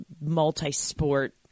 multi-sport